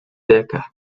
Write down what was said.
decca